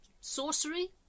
sorcery